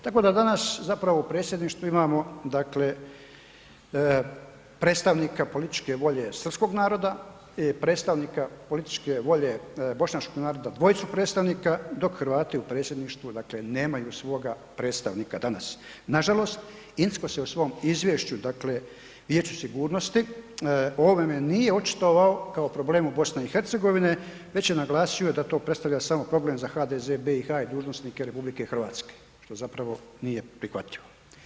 Tako da danas zapravo u predsjedništvu imamo dakle predstavnika političke volje Srpskog naroda, predstavnika političke volje Bošnjačkog naroda dvojicu predstavnika, dok Hrvati u predsjedništvu dakle nemaju svoga predstavnika danas, nažalost, INZKO se u svom izvješću, dakle Vijeću sigurnosti ovime nije očitovao kao problemu BiH već je naglasio da to predstavlja samo problem za HDZ, BiH i dužnosnike RH, što zapravo nije prihvatljivo.